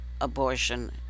abortion